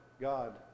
God